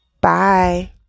Bye